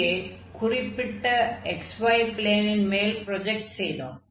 இங்கே குறிப்பிட்ட xy ப்ளேனின் மேல் ப்ரொஜக்ட் செய்தோம்